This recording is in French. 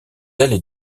ailes